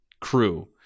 Crew